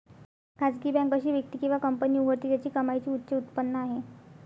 खासगी बँक अशी व्यक्ती किंवा कंपनी उघडते ज्याची कमाईची उच्च उत्पन्न आहे